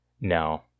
No